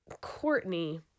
Courtney